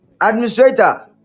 Administrator